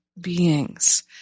beings